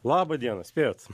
laba diena spėjot